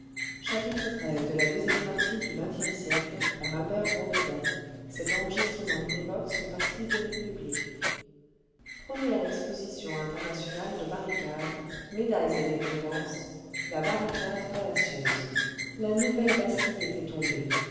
première exposition internationale de barricades médailles et récompenses la barricade fallacieuse la nouvelle bastille était tombée